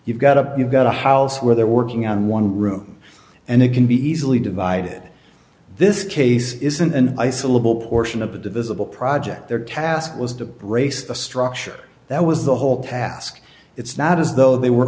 you've got a you've got a house where they're working on one room and it can be easily divided this case isn't and i salute portion of the divisible project their task was to brace the structure that was the whole task it's not as though they were